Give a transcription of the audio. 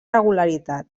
regularitat